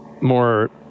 more